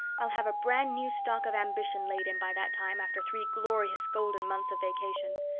i'll have a brand new stock of ambition laid in by that time after three glorious, golden months of vacation.